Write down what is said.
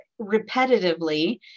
repetitively